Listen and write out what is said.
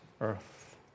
earth